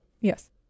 Yes